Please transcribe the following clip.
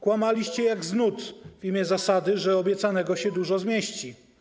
Kłamaliście jak z nut w imię zasady, że obiecanego się dużo zmieści.